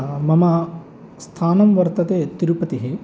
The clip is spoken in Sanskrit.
मम स्थानं वर्तते तिरुपतिः